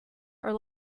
are